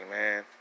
man